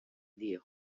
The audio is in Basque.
dio